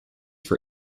for